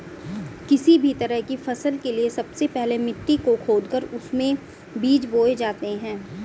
किसी भी तरह की फसल के लिए सबसे पहले मिट्टी को खोदकर उसमें बीज बोए जाते हैं